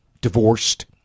divorced